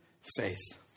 faith